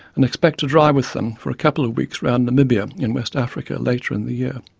and expect to drive with them for a couple of weeks around namibia in west africa later in the year.